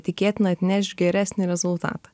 tikėtina atneš geresnį rezultatą